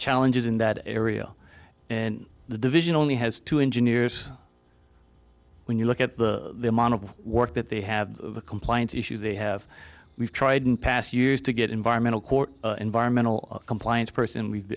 challenges in that area and the division only has two engineers when you look at the amount of work that they have the compliance issues they have we've tried in past years to get environmental court environmental compliance person we